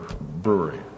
brewery